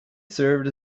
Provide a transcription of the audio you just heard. served